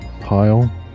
pile